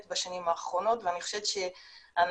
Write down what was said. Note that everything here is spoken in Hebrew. בשנים האחרונות ואני חושבת שאנחנו,